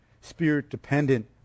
spirit-dependent